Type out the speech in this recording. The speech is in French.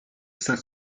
cinq